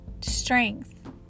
strength